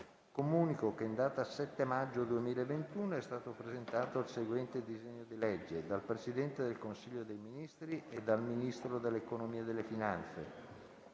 Comunico che in data 7 maggio 2021 è stato presentato il seguente disegno di legge: *dal Presidente del Consiglio dei ministri e dal Ministro dell'economia e delle finanze*